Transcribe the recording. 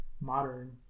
modern